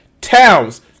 towns